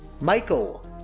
Michael